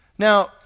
Now